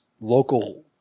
local